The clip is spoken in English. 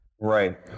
right